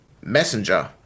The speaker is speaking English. messenger